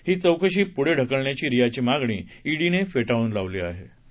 ही चौकशी पुढे ढकलण्याची रियाची मागणी ईडीने फेटाळून लावली होती